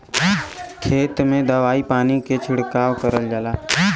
खेत में दवाई पानी के छिड़काव करल जाला